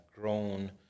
grown